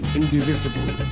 indivisible